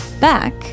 back